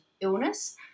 illness